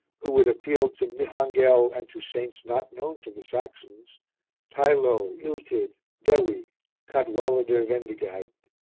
who would appeal to mihangel and to saints not known to the saxons teilo, iltyd, dewi, cadwaladyr vendigeid.